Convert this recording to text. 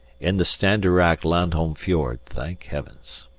in the standarak-landholm fjord thank heavens.